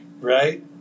right